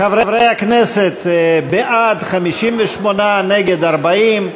חברי הכנסת, בעד, 58, נגד, 40,